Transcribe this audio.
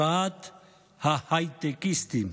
מחאת ההייטקיסטים,